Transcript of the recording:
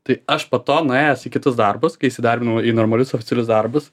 tai aš po to nuėjęs į kitus darbus kai įsidarbinau į normalius oficialius darbus